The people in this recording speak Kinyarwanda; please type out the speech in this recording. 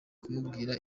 kumbwira